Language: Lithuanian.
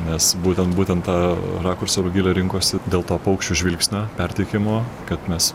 nes būtent būtent tą rakursą rugilė rinkosi dėl to paukščio žvilgsnio perteikimo kad mes